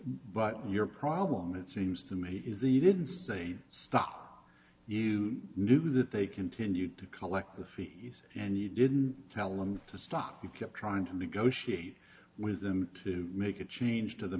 but your problem it seems to me is the you didn't say stuff you knew that they continued to collect the fees and you didn't tell him to stop you kept trying to negotiate with them to make a change to the